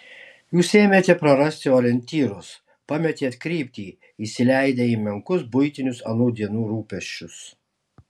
jūs ėmėte prarasti orientyrus pametėt kryptį įsileidę į menkus buitinius anų dienų rūpesčius